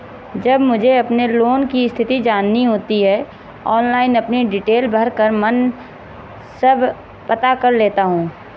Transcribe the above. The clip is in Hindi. जब मुझे अपने लोन की स्थिति जाननी होती है ऑनलाइन अपनी डिटेल भरकर मन सब पता कर लेता हूँ